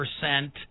percent